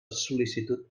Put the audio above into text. sol·licitud